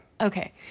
Okay